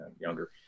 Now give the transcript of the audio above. younger